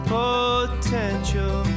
potential